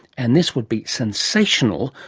and this would be sensational.